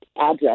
address